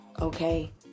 Okay